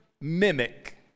mimic